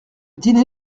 dîner